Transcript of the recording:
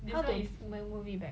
how do I put it back